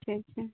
ᱟᱪᱪᱷᱟ ᱟᱪᱪᱷᱟ